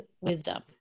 wisdom